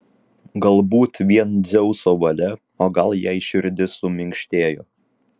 galbūt vien dzeuso valia o gal jai širdis suminkštėjo